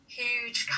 huge